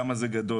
כמה זה גדול,